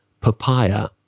papaya